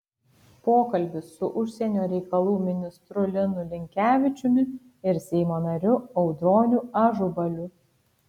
pokalbis su užsienio reikalų ministru linu linkevičiumi ir seimo nariu audroniu ažubaliu